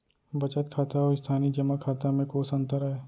बचत खाता अऊ स्थानीय जेमा खाता में कोस अंतर आय?